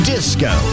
Disco